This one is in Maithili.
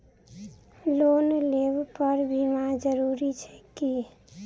लोन लेबऽ पर बीमा जरूरी छैक की?